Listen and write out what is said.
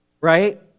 Right